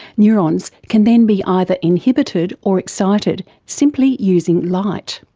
neurons can then be either inhibited or excited, simply using light.